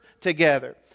together